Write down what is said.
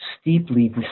steeply